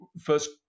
first